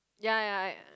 ya ya